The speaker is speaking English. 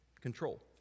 control